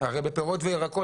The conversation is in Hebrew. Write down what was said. בפירות וירקות,